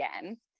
again